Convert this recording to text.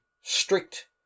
strict